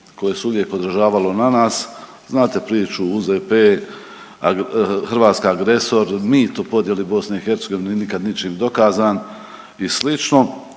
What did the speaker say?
koje se uvijek odražavalo na nas. Znate priču UZP, Hrvatska agresor, mito o podjeli BiH nikad ničim dokazan i